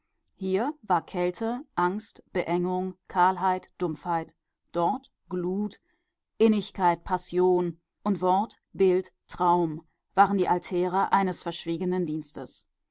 hier war kälte angst beengung kahlheit dumpfheit dort glut innigkeit passion und wort bild traum waren die altäre eines verschwiegenen dienstes